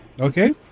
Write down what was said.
Okay